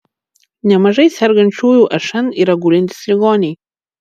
nemažai sergančiųjų šn yra gulintys ligoniai